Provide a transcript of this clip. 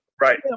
Right